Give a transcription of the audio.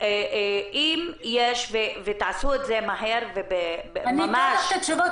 אם יש ותעשו את זה מהר --- אתן לך את התשובות.